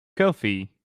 coffee